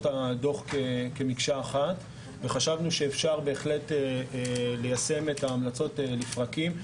הדוח כמקשה אחת וחשבנו שאפשר בהחלט ליישם את ההמלצות לפרקים,